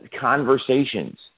conversations